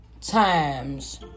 times